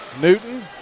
Newton